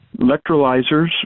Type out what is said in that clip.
electrolyzers